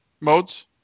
modes